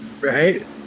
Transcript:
Right